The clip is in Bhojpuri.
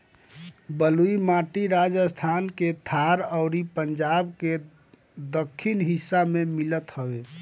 बलुई माटी राजस्थान के थार अउरी पंजाब के दक्खिन हिस्सा में मिलत हवे